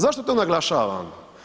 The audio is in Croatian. Zašto to naglašavam?